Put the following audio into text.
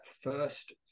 first